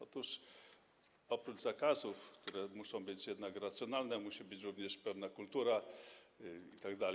Otóż oprócz zakazów, które muszą być racjonalne, musi być również pewna kultura itd.